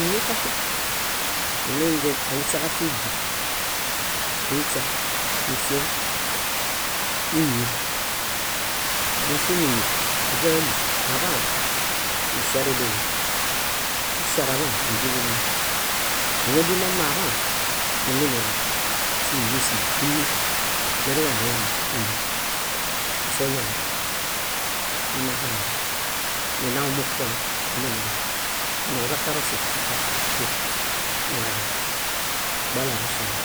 Ímie katia, íi meingen áhuśa ġatia édi níhuśa nifieŋ ímieṗ. Amiñafieŋimieṗ áźaali aḃaan níŝarédoḃi. Aŝaraḃaan, nídiḃu mma. Áñadilo mma aḃaan, nímbie niġab símiesihi, ímieṗ; leruġahoyemma, ímieṗ. Áso niñaġab nimahãhe, ninaw mupuoli nímbie nira. Iini aiḃaġarosi niġaśuo tu, niġareŋ balaġaxane.